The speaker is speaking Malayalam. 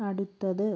അടുത്തത്